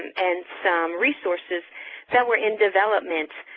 and some resources that were in development,